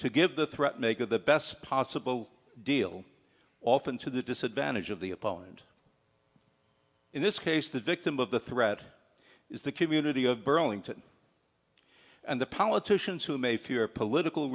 to give the threat make of the best possible deal often to the disadvantage of the opponent in this case the victim of the threat is the community of burlington and the politicians who may fear political